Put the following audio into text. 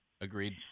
Agreed